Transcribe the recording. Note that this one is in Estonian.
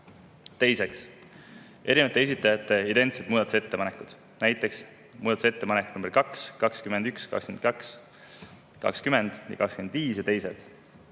Teiseks, erinevate esitajate identsed muudatusettepanekud, näiteks muudatusettepanekud nr 2, 21, 22, 20 ja 25.